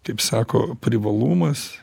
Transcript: kaip sako privalumas